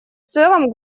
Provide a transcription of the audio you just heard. целом